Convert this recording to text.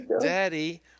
Daddy